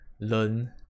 learn